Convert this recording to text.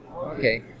Okay